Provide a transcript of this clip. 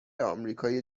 آمریکای